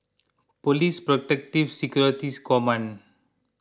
Police Protective Securities Command